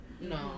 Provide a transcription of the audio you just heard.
No